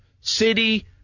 City